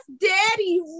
daddy